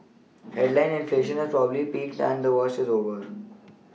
headline inflation has probably peaked and the worst is over